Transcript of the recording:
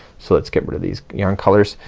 so let's get rid of these yarn colors.